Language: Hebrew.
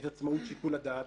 את עצמאות שיקול הדעת.